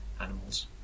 animals